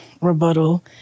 rebuttal